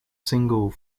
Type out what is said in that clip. single